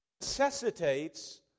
necessitates